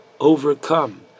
overcome